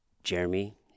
Jeremy